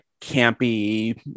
campy